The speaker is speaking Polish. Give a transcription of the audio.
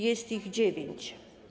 Jest ich dziewięć.